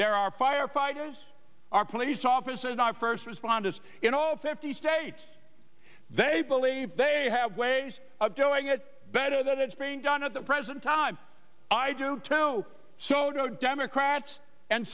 there our firefighters our police officers our first responders in all fifty states they believe they have ways of doing it better than it's being done at the present time i do too know so democrats and